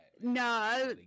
No